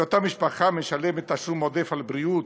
אותה משפחה משלמת תשלום עודף על בריאות,